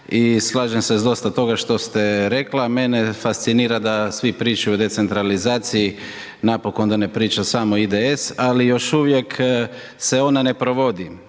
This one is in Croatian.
i slažem se s dosta toga što ste rekla, mene fascinira da svi pričaju o decentralizaciji, napokon da ne priča samo IDS, ali još uvijek se ona ne provodi,